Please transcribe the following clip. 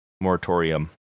moratorium